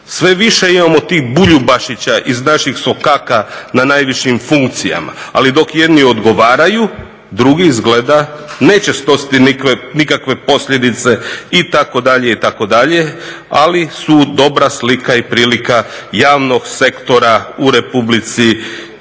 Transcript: Sve više imamo tih Buljubašića iz naših sokaka na najvišim funkcijama. Ali dok jedni odgovaraju drugi izgleda neće snositi nikakve posljedice itd., itd. ali su dobra slika i prilika javnog sektora u RH.